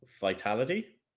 vitality